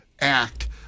act